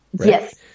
Yes